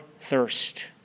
thirst